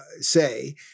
say